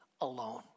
alone